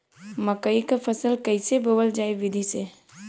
मकई क फसल कईसे बोवल जाई विधि से?